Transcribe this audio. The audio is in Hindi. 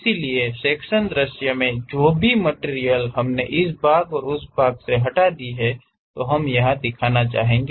इसलिए सेक्शनल दृश्य मे जो भी मटिरियल हमने इस भाग और उस भाग को हटा दी है हम यहा दिखाना चाहेंगे